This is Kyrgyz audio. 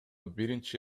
биринчи